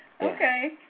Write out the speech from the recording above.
Okay